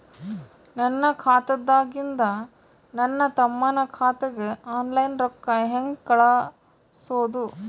ನನ್ನ ಖಾತಾದಾಗಿಂದ ನನ್ನ ತಮ್ಮನ ಖಾತಾಗ ಆನ್ಲೈನ್ ರೊಕ್ಕ ಹೇಂಗ ಕಳಸೋದು?